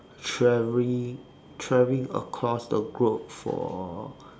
traveling traveling across the globe for